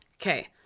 Okay